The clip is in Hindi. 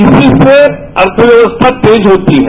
इसी से अर्थव्यक्ष्या तेज होती है